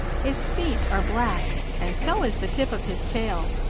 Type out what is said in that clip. his feet are black and so is the tip of his tail.